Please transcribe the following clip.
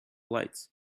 lights